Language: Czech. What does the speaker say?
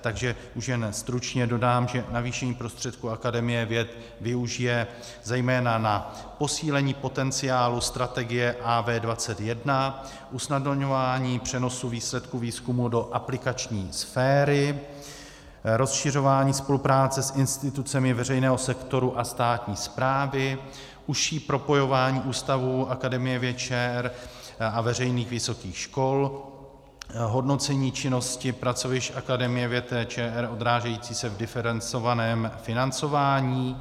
Takže už jen stručně dodám, že navýšení prostředků Akademie věd využije zejména na posílení potenciálu strategie AV21, usnadňování přenosů výsledků výzkumu do aplikační sféry, rozšiřování spolupráce s institucemi veřejného sektoru a státní správy, užší propojování ústavů Akademie věd ČR a veřejných vysokých škol, hodnocení činnosti pracovišť Akademie věd ČR odrážející se v diferencovaném financování.